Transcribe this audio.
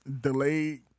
delayed